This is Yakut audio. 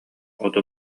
оту